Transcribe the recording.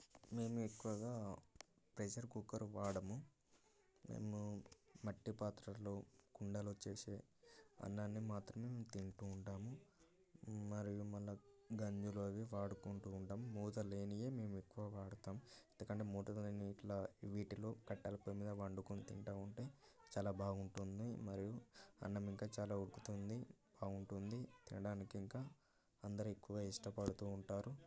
మేము ఎక్కువగా pressure cooker వాడము మేము మట్టి పాత్రలో కుండలో చేసే అన్నాన్ని మాత్రమే తింటు ఉంటాము మరియు మన గిన్నెలు అవి వాడుకుంటు ఉంటాం మూతలు లేనివి మేము ఎక్కువ వాడతాం ఎందుకంటే మూతలు లేని ఇట్లా వీటిలో కట్టెల పొయ్యిమీద వండుకొని తింటు ఉంటే చాలా బాగుంటుంది మరియు అన్నం ఇంకా చాలా ఉక్కుతుంది బాగుంటుంది తినడానికి ఇంకా అందరు ఎక్కువ ఇష్టపడుతు ఉంటారు